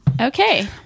Okay